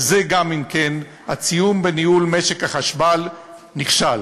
אז זה גם, אם כן, הציון בניהול משק החשמל: נכשל.